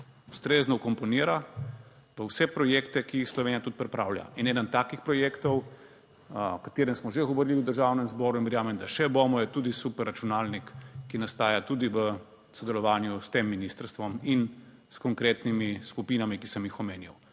ustrezno vkomponira v vse projekte, ki jih Slovenija tudi pripravlja, in eden takih projektov, o katerem smo že govorili v Državnem zboru in verjamem, da še bomo, je tudi superračunalnik, ki nastaja tudi v sodelovanju s tem ministrstvom in s konkretnimi skupinami, ki sem jih omenjal,